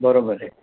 बरोबर आहे